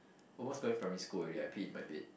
oh what's going primary school already I pee in my bed